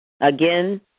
Again